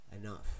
enough